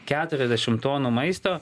keturiasdešimt tonų maisto